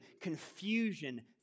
confusion